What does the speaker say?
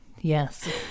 yes